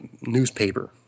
newspaper